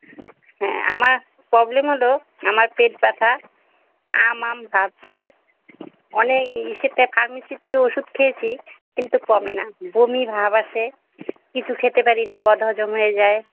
হ্যাঁ আমার প্রবলেম হলো আমার পেট ব্যথা আম আম ভাব স্যার অনেক ইসেতে ফার্মেসি থেকে ওষুধ খেয়েছি কিন্তু কমে না বমি ভাব আসে কিছু খেতে পারি না বদহজম হয়ে যায়